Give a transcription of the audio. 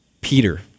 Peter